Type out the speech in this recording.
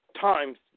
times